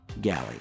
Galley